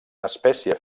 espècie